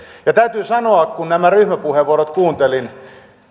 täytyy sanoa kun nämä ryhmäpuheenvuorot kuuntelin